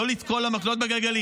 לא לתקוע לה מקלות בגלגלים.